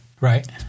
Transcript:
Right